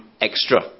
extra